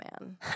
man